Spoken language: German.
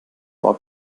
war